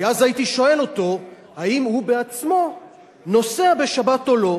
כי אז הייתי שואל אותו האם הוא בעצמו נוסע בשבת או לא.